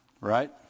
Right